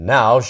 Now